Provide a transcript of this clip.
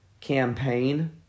campaign